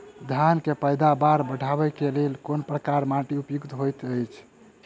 धान केँ पैदावार बढ़बई केँ लेल केँ प्रकार केँ माटि उपयुक्त होइत अछि?